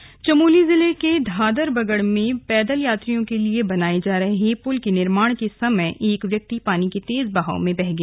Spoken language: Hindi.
बारिश चमोली जिले के धादर बगड़ में पैदल यात्रियों के लिए बनाए जा रहे पुल के निर्माण के समय एक व्यक्ति पानी के तेज बहाव में बह गया